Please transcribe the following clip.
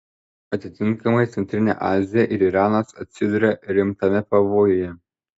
atitinkamai centrinė azija ir iranas atsiduria rimtame pavojuje